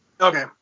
okay